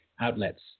outlets